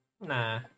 Nah